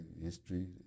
history